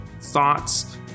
thoughts